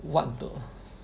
what though